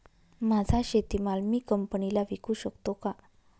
माझा शेतीमाल मी कंपनीला विकू शकतो का?